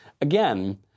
Again